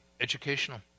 educational